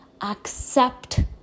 accept